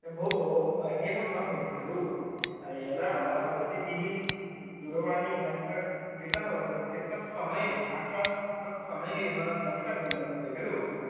भोः एवं न भवति खलु यदा भवतीभिः दूरवाणीयन्त्रं क्रीतं वर्तते तत्समये साक्षात् तत्समये एव द्रष्टव्यं वर्तते खलु